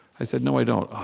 i said, no, i don't.